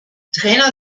trainer